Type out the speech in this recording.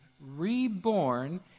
reborn